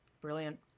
Brilliant